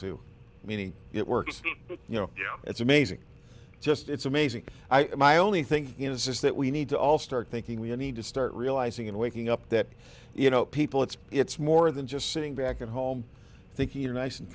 too meaning it works but you know it's amazing just it's amazing i only think you know this is that we need to all start thinking we need to start realizing in waking up that you know people it's it's more than just sitting back at home thinking are nice and